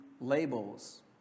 labels